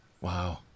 Wow